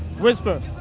whisper.